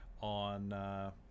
on